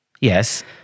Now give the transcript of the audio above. Yes